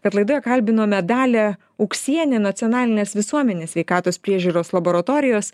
kad laidoje kalbinome dalią uksienę nacionalinės visuomenės sveikatos priežiūros laboratorijos